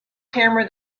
tamara